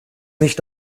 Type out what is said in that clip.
nicht